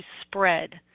spread